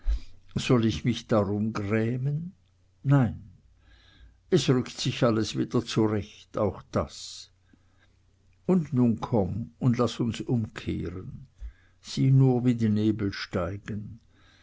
soll ich mich darum grämen nein es rückt sich alles wieder zurecht auch das und nun komm und laß uns umkehren sieh nur wie die nebel steigen